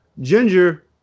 ginger